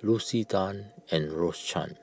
Lucy Tan and Rose Chan